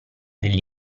degli